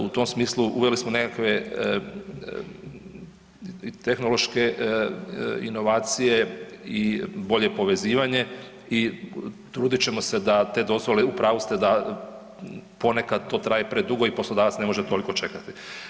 U tom smislu, uveli smo neke tehnološke inovacije i bolje povezivanje i trudit ćemo se da te dozvole, u pravu ste da ponekad to traje predugo i poslodavac ne može toliko čekati.